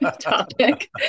topic